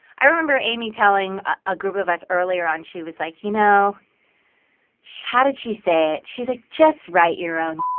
i remember amy telling a group of us earlier on. she was like, you know how did she say it? she's like, just write your own.